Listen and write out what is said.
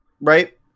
Right